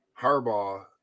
Harbaugh